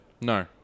No